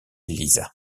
lisa